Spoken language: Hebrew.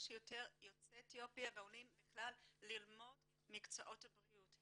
שיותר יוצאי אתיופיה ועולים בכלל ללמוד את מקצועות הבריאות.